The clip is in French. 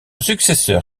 successeur